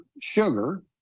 sugar